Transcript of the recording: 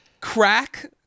Crack